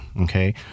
okay